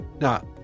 Now